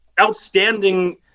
outstanding